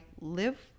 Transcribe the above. live